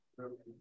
Okay